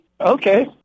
Okay